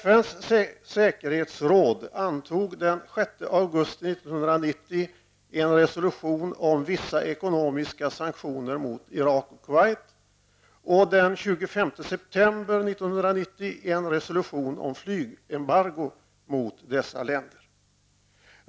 FNs säkerhetsråd antog den 6 augusti 1990 en resolution om vissa ekonomiska sanktioner i fråga om Irak och Kuwait, och den 25 september 1990 en resolutiom om flygembargo mot dessa länder.